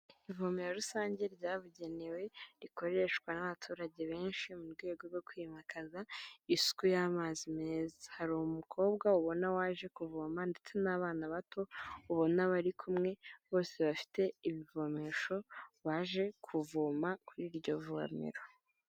Ivomero rusange ryabugenewe rikoreshwa n'abaturage benshi mu rwego rwo kwimakaza isuku y'amazi meza hari umukobwa ubona waje kuvoma ndetse n'abana bato ubona abari kumwe bose bafite ibivomesho baje kuvoma kuri iryo vomero.